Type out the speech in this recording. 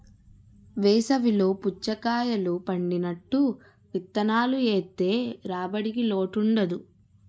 వేసవి లో పుచ్చకాయలు పండినట్టు విత్తనాలు ఏత్తె రాబడికి లోటుండదు